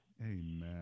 Amen